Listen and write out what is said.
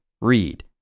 read